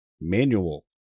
manual